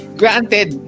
granted